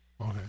Okay